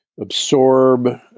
absorb